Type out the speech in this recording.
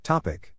Topic